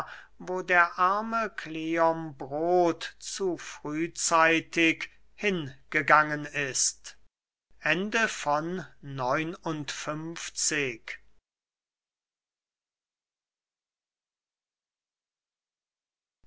wo der arme kleombrot zu frühzeitig hingegangen ist